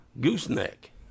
gooseneck